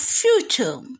future